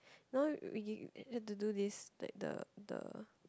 no we had to do this like the the